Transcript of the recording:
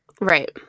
Right